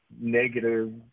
negative